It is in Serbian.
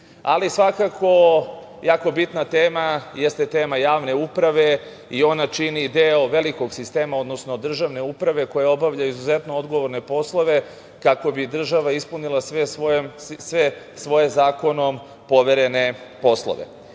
sistemu. Svakako jako bitna tema jeste tema javne uprave i ona čini deo velikog sistema, odnosno države uprave koja obavlja izuzetno odgovorne poslove kako bi država ispunila sve svoje zakonom poverene poslove. Ono